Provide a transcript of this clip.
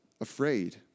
afraid